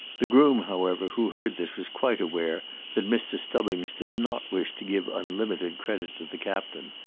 the groom, however, who heard this was quite aware that mr. stubbings did not wish to give unlimited credit to the captain,